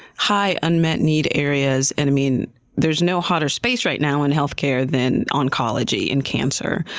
high unmet need areas, and i mean there's no hotter space right now in healthcare than oncology and cancer.